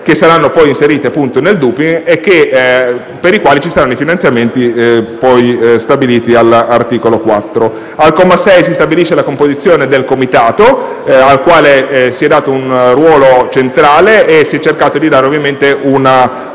che saranno poi inseriti nel DUPIM, per i quali ci saranno i finanziamenti poi stabiliti dall'articolo 4. Al comma 6 si stabilisce la composizione del comitato, al quale si è dato un ruolo centrale e si è cercato di dare una